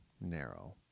narrow